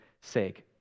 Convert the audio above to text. sake